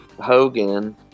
Hogan